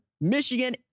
Michigan